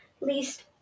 least